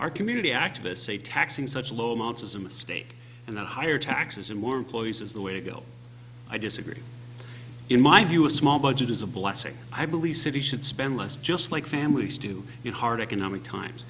our community activists say taxing such low amounts is a mistake and a higher taxes and more employees is the way to go i disagree in my view a small budget is a blessing i believe city should spend less just like families do it hard economic times